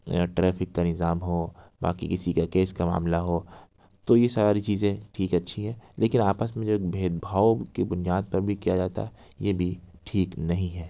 یا ٹریف کا نظام ہو باقی کسی کا کیس کا معاملہ ہو تو یہ ساری چیزیں ٹھیک ہے اچھی ہیں لیکن آپس میں جو بھید بھاؤ کی بنیاد پر بھی کیا جاتا ہے یہ بھی ٹھیک نہیں ہے